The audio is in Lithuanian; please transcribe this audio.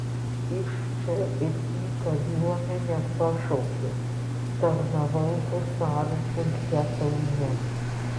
iš čia ir į kariuomenę pašaukė tarnavau husarų pulke kaune